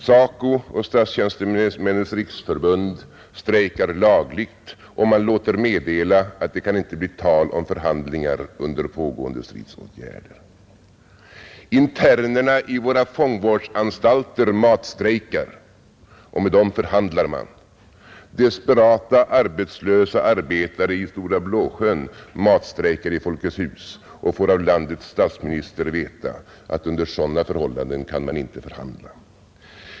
SACO och Statstjänstemännens riksförbund strejkar lagligt, och man låter meddela att det inte kan bli tal om förhandlingar under pågående stridsåtgärder. Internerna i våra fångvårdsanstalter matstrejkar, och med dem förhandlar man. Desperata arbetslösa arbetare i Stora Blåsjön matstrejkar i Folkets hus och får av landets statsminister veta, att under sådana förhållanden kan man inte förhandla.